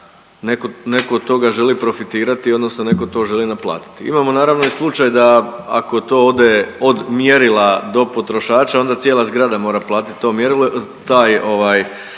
neko od toga želi profitirati odnosno neko to želi naplatiti. Imamo naravno i slučaj da ako to ode od mjerila do potrošača onda cijela zgrada mora platit to mjerilo,